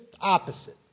opposite